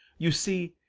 you see,